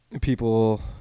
people